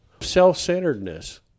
self-centeredness